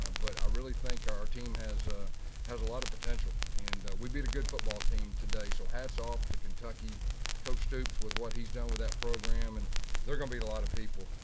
um but i really think our team has a has a lot of potential. and we beat a good football team today. so hats off to kentucky coach stoops with what he's done with that program. and there are gonna beat a lot of people.